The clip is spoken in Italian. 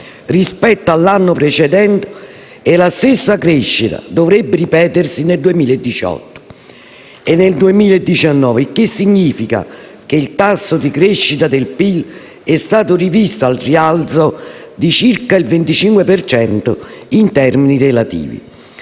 rispetto all'anno precedente e la stessa crescita dovrebbe ripetersi nel 2018 e nel 2019, il che significa che il tasso di crescita del PIL è stato rivisto al rialzo di circa il 25 per cento in termini relativi.